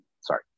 Sorry